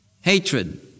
hatred